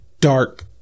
dark